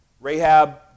Rahab